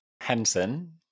henson